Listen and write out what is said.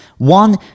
One